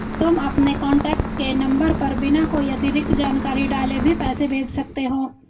तुम अपने कॉन्टैक्ट के नंबर पर बिना कोई अतिरिक्त जानकारी डाले भी पैसे भेज सकते हो